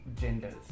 genders